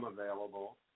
available